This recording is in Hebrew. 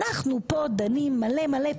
אנחנו כאן דנים מלא מלא.